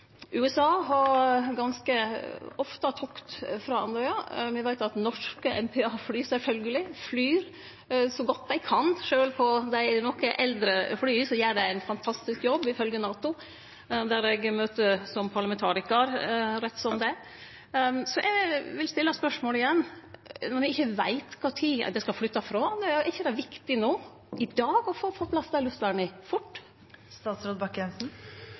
ganske ofte har tokt frå Andøya. Me veit at norske MPA, sjølvsagt, flyg så godt dei kan. Sjølv på dei noko eldre flya gjer dei ein fantastisk jobb, ifølgje NATO, der eg møter som parlamentarikar rett som det er. Eg vil stille spørsmålet igjen: Når ein ikkje veit når ein skal flytte frå Andøya, er det ikkje viktig no, i dag, å få på plass dei luftverna – fort?